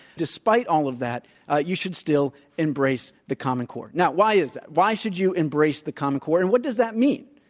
despite all of that ah you should still embrace the common core. now, why is that? why should you embrace the common core? and what does that mean?